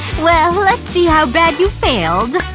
well let's see how bad you failed